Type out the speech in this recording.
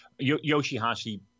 Yoshihashi